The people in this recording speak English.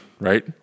right